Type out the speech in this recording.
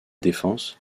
défense